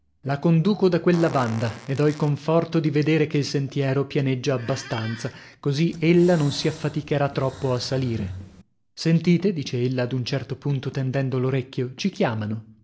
la conduco da quella banda ed ho il conforto di vedere che il sentiero pianeggia abbastanza così ella non si affaticherà troppo a salire sentite dice ella ad un certo punto tendendo l'orecchio ci chiamano